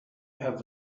have